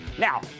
Now